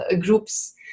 groups